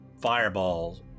Fireballs